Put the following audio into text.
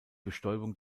bestäubung